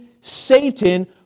Satan